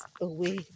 away